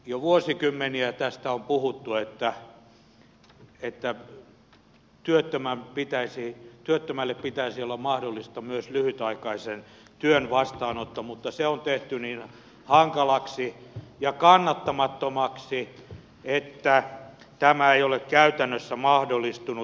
jo vuosikymmeniä tästä on puhuttu että työttömälle pitäisi olla mahdollista myös lyhytaikaisen työn vastaanotto mutta se on tehty niin hankalaksi ja kannattamattomaksi että tämä ei ole käytännössä mahdollistunut